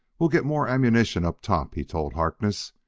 we'll get more ammunition up top, he told harkness,